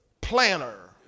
planner